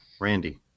Randy